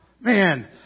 Man